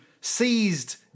seized